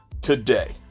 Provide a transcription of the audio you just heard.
today